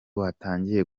watangiye